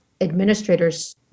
administrators